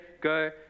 go